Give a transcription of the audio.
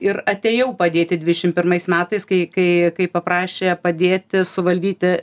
ir atėjau padėti dvidešim pirmais metais kai kai paprašė padėti suvaldyti